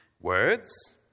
words